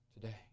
today